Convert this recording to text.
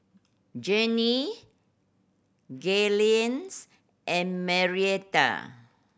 Jannie Gaylene's and Marietta